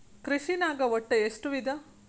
ಕೃಷಿನಾಗ್ ಒಟ್ಟ ಎಷ್ಟ ವಿಧ?